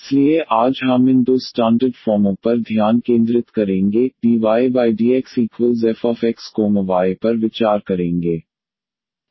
इसलिए आज हम इन दो स्टानडर्ड फॉर्मों पर ध्यान केंद्रित करेंगे dydxFxy पर विचार करेंगे